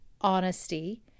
honesty